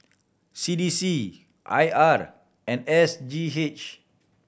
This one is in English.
C D C I R and S G H